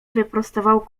wyprostował